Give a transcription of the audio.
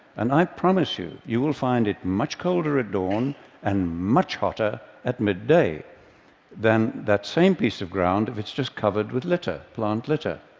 and i promise you, you will find it much colder at dawn and much hotter at midday than that same piece of ground if it's just covered with litter, plant litter.